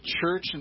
church